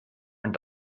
und